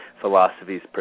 philosophies